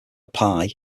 pie